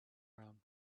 round